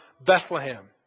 Bethlehem